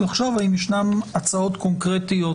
האם ישנן הצעות קונקרטיות